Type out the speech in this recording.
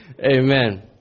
Amen